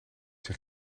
zich